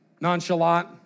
Nonchalant